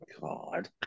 God